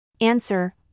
Answer